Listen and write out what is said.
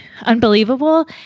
unbelievable